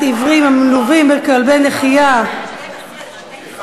עיוורים המלווים בכלבי נחייה (תיקון,